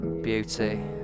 Beauty